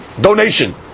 donation